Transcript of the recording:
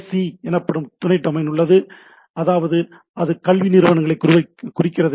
C எனப்படும் துணை domain உள்ளது அதாவது அது கல்வி நிறுவனங்களைக் குறிக்கிறது